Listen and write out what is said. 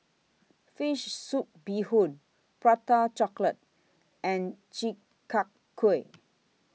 Fish Soup Bee Hoon Prata Chocolate and Chi Kak Kuih